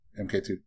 MK2